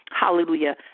Hallelujah